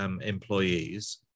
employees